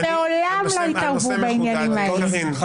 הם מעולם לא התערבו בענייני מדיניות.